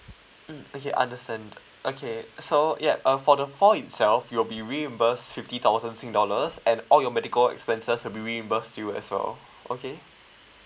mm okay understand okay so ya uh for the fall itself you will be reimburse fifty thousand sing dollars and all your medical expenses will be reimburse to you as well okay